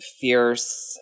fierce